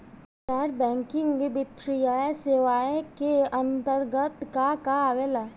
गैर बैंकिंग वित्तीय सेवाए के अन्तरगत का का आवेला?